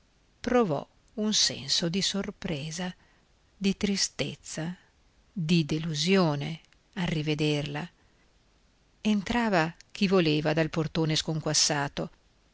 provò un senso di sorpresa di tristezza di delusione al rivederla entrava chi voleva dal portone sconquassato